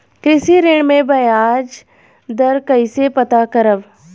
कृषि ऋण में बयाज दर कइसे पता करब?